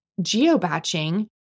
geobatching